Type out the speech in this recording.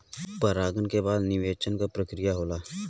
परागन के बाद निषेचन क प्रक्रिया होला